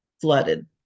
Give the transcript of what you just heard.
flooded